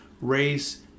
race